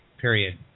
period